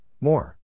more